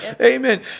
Amen